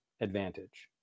advantage